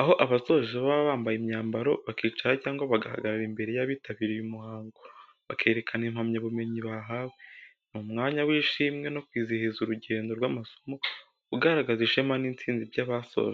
Aho abasoje baba bambaye imyambaro bakicara cyangwa bagahagarara imbere y'abitabiriye umuhango, bakerekana impamyabumenyi bahawe. Ni umwanya w’ishimwe no kwizihiza urugendo rw’amasomo, ugaragaza ishema n’intsinzi by’abasoje.